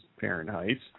Fahrenheit